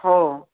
हो